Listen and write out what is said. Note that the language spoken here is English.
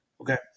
Okay